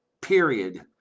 period